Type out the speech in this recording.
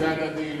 זה הדדי.